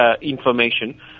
information